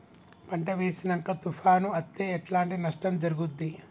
పంట వేసినంక తుఫాను అత్తే ఎట్లాంటి నష్టం జరుగుద్ది?